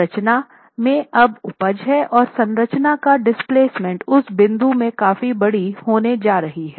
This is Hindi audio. संरचना में अब उपज है और संरचना का डिस्प्लेसमेंट उस बिंदु से काफी बड़ी होने जा रही है